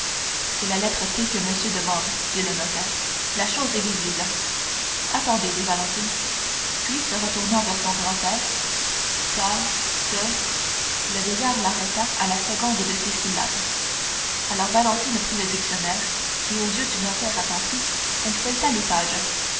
c'est la lettre t que monsieur demande dit le notaire la chose est visible attendez dit valentine puis se retournant vers son grand-père ta te le vieillard arrêta à la seconde de ces syllabes alors valentine prit le dictionnaire et aux yeux du notaire attentif elle feuilleta les pages